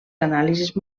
anàlisis